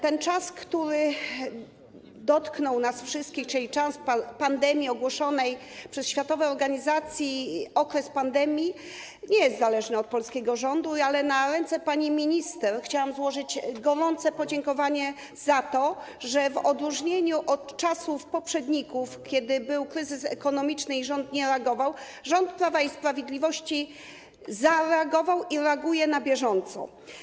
Ten czas, który dotknął nas wszystkich, czyli czas pandemii ogłoszonej przez Światową Organizację Zdrowia, nie jest zależny od polskiego rządu, ale na ręce pani minister chciałam złożyć gorące podziękowanie za to, że w odróżnieniu od działań poprzedników w czasach, kiedy był kryzys ekonomiczny i ówczesny rząd nie reagował, rząd Prawa i Sprawiedliwości zareagował i reaguje na bieżąco.